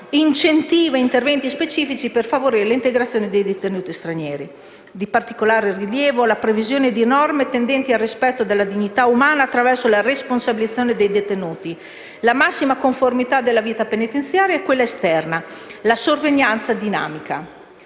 incentiva interventi specifici per favorire l'integrazione dei detenuti stranieri. Di particolare rilievo la previsione di norme tendenti al rispetto della dignità umana attraverso la responsabilizzazione dei detenuti, la massima conformità della vita penitenziaria a quella esterna, la sorveglianza dinamica.